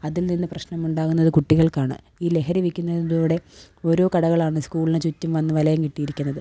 അതില് നിന്ന് പ്രശ്നം ഉണ്ടാകുന്നത് കുട്ടികള്ക്കാണ് ഈ ലഹരി വിൽക്കുന്നതിലൂടെ ഓരോ കടകളാണ് സ്കൂളിന് ചുറ്റും വന്ന് വലയം കെട്ടിയിരിക്കുന്നത്